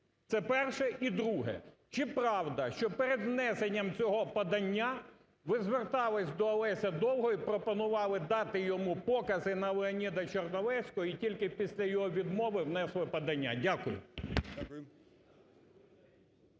Це перше. І друге. Чи правда, що перед внесенням цього подання ви звертались до Олеся Довгого і пропонували дати йому покази на Леоніда Черновецького і тільки після його відмови внесли подання? Дякую.